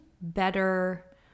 better